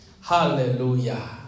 Hallelujah